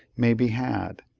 may be had,